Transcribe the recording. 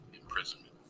imprisonment